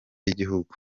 yigihugu